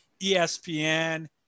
ESPN